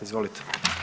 Izvolite.